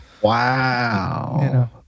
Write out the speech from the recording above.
Wow